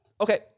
Okay